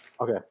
Okay